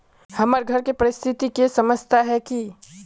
हमर घर के परिस्थिति के समझता है की?